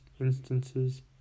instances